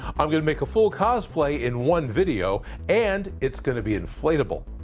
i'm gonna make a full cosplay in one video and it's gonna be inflatable.